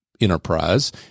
enterprise